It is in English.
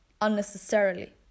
unnecessarily